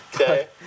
Okay